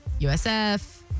USF